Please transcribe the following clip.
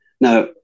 Now